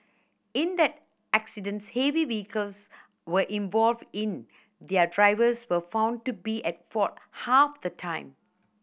in the accidents heavy vehicles were involved in their drivers were found to be at fault half the time